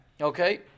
Okay